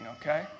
okay